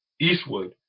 Eastwood